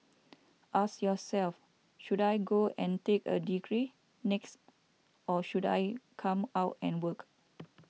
ask yourself should I go and take a degree next or should I come out and work